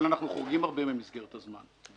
אבל אנחנו חורגים הרבה ממסגרת הזמן.